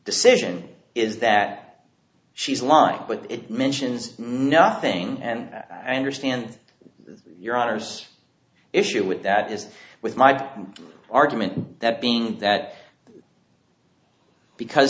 decision is that she's lying but it mentions nothing and i understand your daughter's issue with that is with my argument that being that because